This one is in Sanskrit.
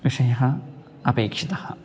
विषयः अपेक्षितः